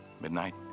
midnight